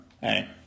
Hey